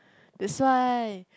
that's why